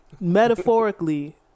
Metaphorically